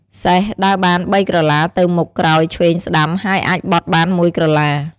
សេះ ដើរបាន ៣ក្រឡា ទៅមុខ ក្រោយ ឆ្វេង ស្កាំ ហើយអាចបត់បាន ១ក្រឡា។